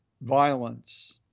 violence